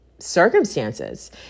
circumstances